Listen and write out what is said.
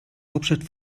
hauptstadt